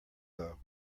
though